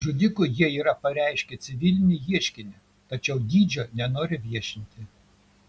žudikui jie yra pareiškę civilinį ieškinį tačiau dydžio nenori viešinti